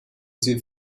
sie